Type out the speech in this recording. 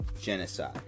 genocide